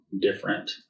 different